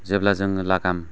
जेब्ला जोङो लागाम